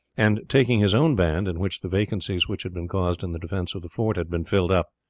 and taking his own band, in which the vacancies which had been caused in the defence of the fort had been filled up,